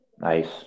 Nice